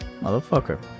Motherfucker